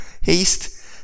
haste